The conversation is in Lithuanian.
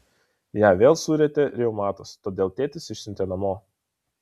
ją vėl surietė reumatas todėl tėtis išsiuntė namo